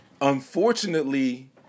Unfortunately